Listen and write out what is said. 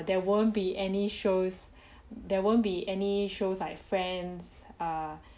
there won't be any shows err there won't be any shows like friends err